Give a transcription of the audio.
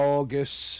August